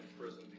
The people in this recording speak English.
prison